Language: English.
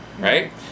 Right